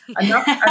Enough